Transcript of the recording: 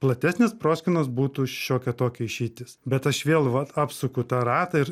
platesnės proskynos būtų šiokia tokia išeitis bet aš vėl vat apsuku tą ratą ir